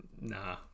Nah